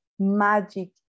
magic